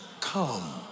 come